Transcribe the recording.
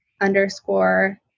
underscore